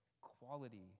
quality